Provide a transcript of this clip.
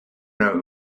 know